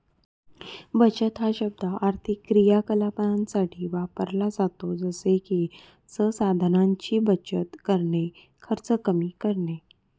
बचत हा शब्द आर्थिक क्रियाकलापांसाठी वापरला जातो जसे की संसाधनांची बचत करणे, खर्च कमी करणे